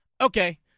okay